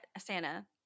Santa